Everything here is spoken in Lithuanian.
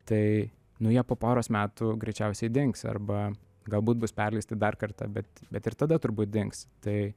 tai nu jie po poros metų greičiausiai dings arba galbūt bus perleisti dar kartą bet bet ir tada turbūt dings tai